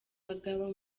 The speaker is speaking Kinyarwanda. bagabo